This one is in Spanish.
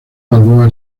balboa